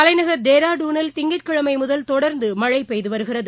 தலைநகர் டேராடுனில் திங்கட்கிழமைமுதல் தொடர்ந்தமழைபெய்துவருகிறது